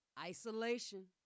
isolation